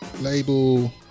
label